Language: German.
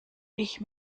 ich